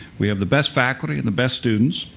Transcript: we have the best faculty and the best students,